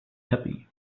happy